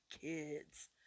kids